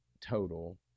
total